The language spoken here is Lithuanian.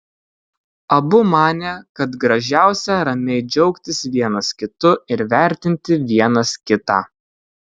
abu manė kad gražiausia ramiai džiaugtis vienas kitu ir vertinti vienas kitą